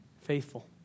Faithful